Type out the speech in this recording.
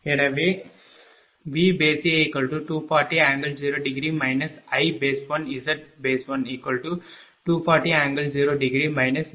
எனவே VA240∠0° I1Z1240∠0° 93